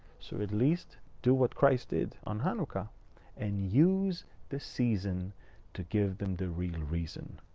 so at least do what christ did on hanukkah and use the season to give them the real reason,